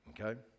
okay